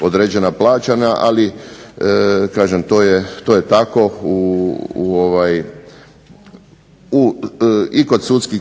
određena plaćanja, ali kažem to je tako i kod sudskih